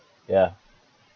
ya